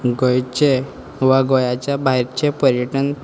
गोंयचे वा गोंयाच्या भायर जे पर्यटन